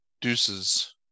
Deuces